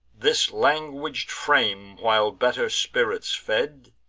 this languish'd frame while better spirits fed,